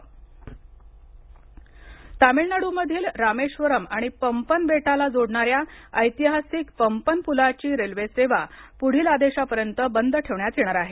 पंपन तामिळनीडूतील रामेश्वरम आणि पंपन बेटाला जोडणा या ऐतिहासिक पंपन पूलाची रेल्वेसेवा पुढील आदेशापर्यंत बंद ठेवण्यात येणार आहे